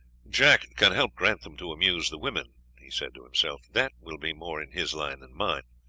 jack can help grantham to amuse the women, he said to himself that will be more in his line than mine.